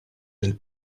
del